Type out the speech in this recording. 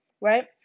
right